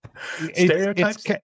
stereotypes